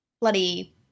bloody